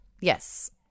Yes